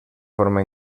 forma